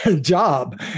job